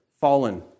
fallen